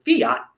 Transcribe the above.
fiat